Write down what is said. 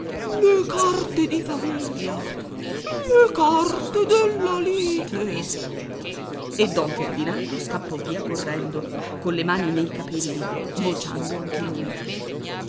le carte di famiglia le carte della lite e don ferdinando scappò via correndo colle mani nei capelli vociando anche lui